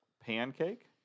Pancake